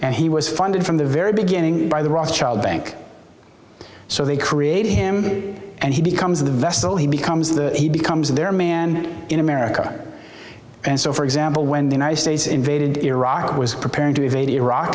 and he was funded from the very beginning by the rothschild bank so they create him and he becomes the vessel he becomes the he becomes their man in america and so for example when the united states invaded iraq was preparing to invade iraq